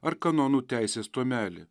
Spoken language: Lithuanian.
ar kanonų teisės tomelį